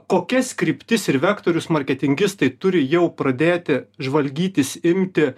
kokias kryptis ir vektorius marketingistai turi jau pradėti žvalgytis imti